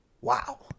Wow